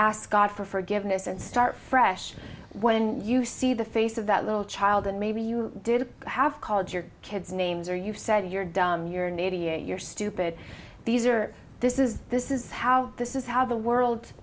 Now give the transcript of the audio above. ask god for forgiveness and start fresh when you see the face of that little child and maybe you did have called your kids names or you said you're dumb your name your stupid these are this is this is how this is how the world